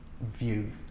view